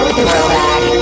Throwback